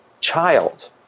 child